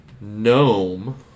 Gnome